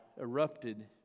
erupted